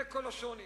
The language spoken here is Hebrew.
זה כל השוני.